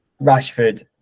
Rashford